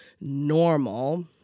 normal